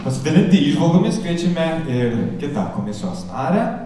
pasidalinti įžvalgomis kviečiame ir kitą komisijos narę